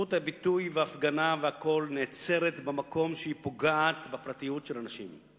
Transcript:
זכות הביטוי וההפגנה והכול נעצרת במקום שהיא פוגעת בפרטיות של אנשים.